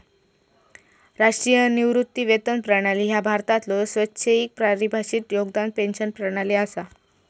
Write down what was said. राष्ट्रीय निवृत्ती वेतन प्रणाली ह्या भारतातलो स्वैच्छिक परिभाषित योगदान पेन्शन प्रणाली असा